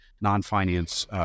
non-finance